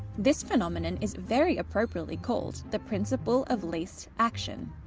this phenomenon is very appropriately called, the principle of least action.